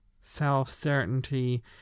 self-certainty